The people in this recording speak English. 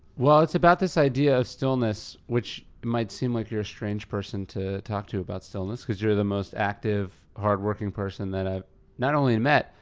well, it's about this idea of stillness, which, it might seem like you're a strange person to talk to about stillness, cause you're the most active, hard-working person that i've not only and met,